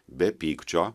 be pykčio